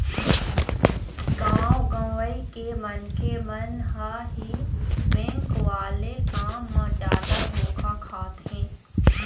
गाँव गंवई के मनखे मन ह ही बेंक वाले काम म जादा धोखा खाथे